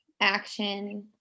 action